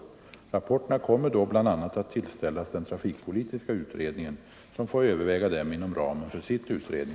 Rapporterna kommer då bl.a. att till ställas den trafikpolitiska utredningen, som får överväga dem inom ramen